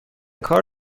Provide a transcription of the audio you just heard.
کار